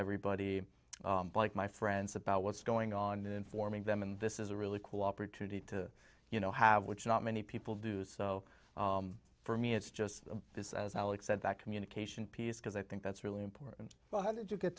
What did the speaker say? everybody like my friends about what's going on informing them and this is a really cool opportunity to you know have which not many people do so for me it's just this as alex said that communication piece because i think that's really important well how did you get